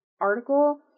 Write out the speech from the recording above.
article